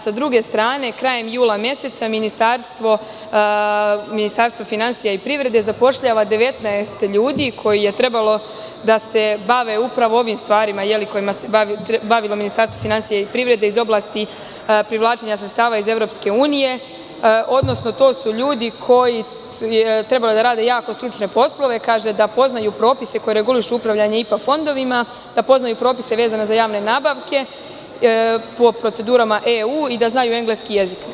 S druge strane, krajem jula mesecaMinistarstvo finansija i privrede zapošljava 19 ljudi koji su trebali da se bave upravo ovim stvarima kojima se bavilo Ministarstvo finansija i privrede iz oblasti privlačenja sredstava iz EU, odnosno to su ljudi koji su trebali da rade jako stručne poslove, da poznaju propise koje regulišu upravljanje IPA fondovima, da poznaju propise vezane za javne nabavke po procedurama EU i da znaju engleski jezik.